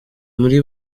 muri